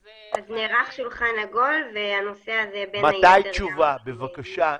אז נערך שולחן עגול והנושא הזה -- מתי תשובה בבקשה?